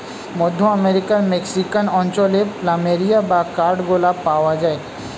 মধ্য আমেরিকার মেক্সিকান অঞ্চলে প্ল্যামেরিয়া বা কাঠ গোলাপ পাওয়া যায়